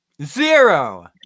Zero